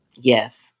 Yes